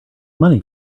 money